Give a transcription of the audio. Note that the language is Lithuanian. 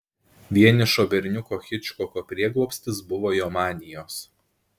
vienišo berniuko hičkoko prieglobstis buvo jo manijos